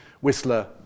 Whistler